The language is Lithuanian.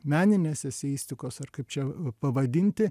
meninės eseistikos ar kaip čia pavadinti